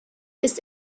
ist